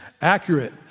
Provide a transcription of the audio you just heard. accurate